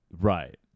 right